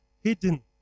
hidden